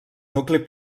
nucli